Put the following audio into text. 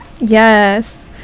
Yes